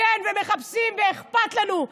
מחפשים, ואכפת לנו.